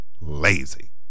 lazy